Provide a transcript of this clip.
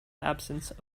absence